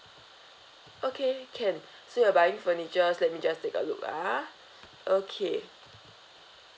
okay can so you're buying furnitures let's me just take a look ah okay